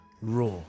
Raw